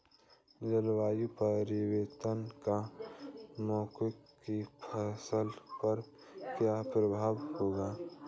जलवायु परिवर्तन का मक्के की फसल पर क्या प्रभाव होगा?